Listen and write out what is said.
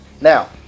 Now